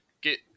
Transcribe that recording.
get